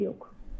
בדיוק.